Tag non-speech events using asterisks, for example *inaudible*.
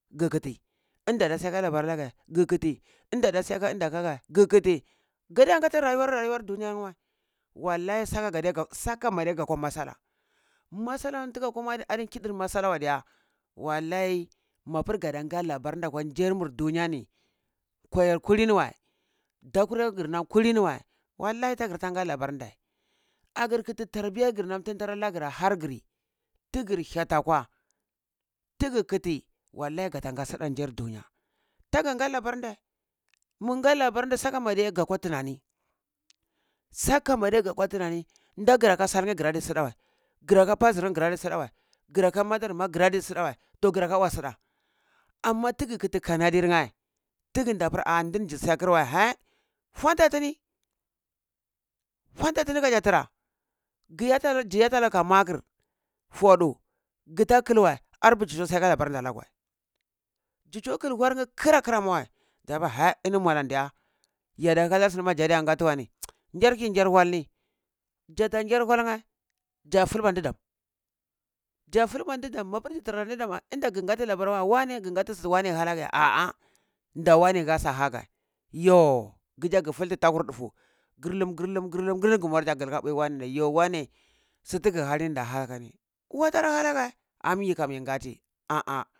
Ga kati inda ada jiya ka labar ana ga ga kati inda ada suya ka labar anage ga kati gadiya ngati rayuwar rayuwar duniyar nyi weh wallahi saka saka madi gaka matsalah matsalah wa diya wallahi apar ngada nga labar nda akwa nzir mu nar duniyani nkwar kulni weh ndakureh ganini kulini weh wallahi tagar tagha labar ndeh agar kati tarbiyar gari na tandi nagari ayeri ahargari tagar hyati akwa taga khati wallahi gata nga sudakur nzi dunya taga nga labar ndeh mur nga labar ndeh saka madli mah gakwa tunani saka madi gakwa tunani nda gara ka salneh adi sudeh weh gara ka paziri neh gara diya kwa sudeweh gara ka madar mah gara di sudeweh toh gara ka wah dza suda ana taga khati kana dir neh taga ndi apari are ndani dzi siyakar weh funta tani fuhnta tini kazi tira ghyi eti zi ana ga ka makar fudu gata kal weh arpeh dzi tsuweh si aka labarni ana gweh weh dzi tsuwe knal wal nyeh kara kara weh za par *hesitation* mwalani ma diya yada hanar suni ma ndadiya gati weh keh ki ndadiya gati weh *hesitation* keh ki ngar walni za ta ngar wal neh nza fulba ndhi damu dza fulba ndhi danu mapar dzi tarani tunda ga ga gati labar weh waneh ga gati su ti waneh hana ga yah ah ah nda wane ha su are hani ata gheh juh gaza ga fulti takwur ndufuh yarthalmi karthalm ga mur ata kara wane yo wane su taga hanai da nda are hani wa tara hana ghe am yi kam yi gati ah ah.